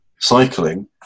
Cycling